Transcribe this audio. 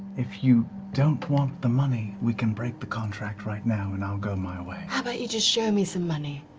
if you don't want the money, we can break the contract right now, and i'll go my way. laura how about you just show me some money,